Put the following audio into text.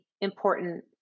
important